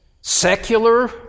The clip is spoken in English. secular